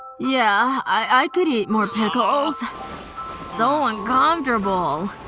yeah, i could eat more pickles so uncomfortable,